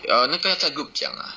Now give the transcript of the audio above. err 那个要在 group 讲 lah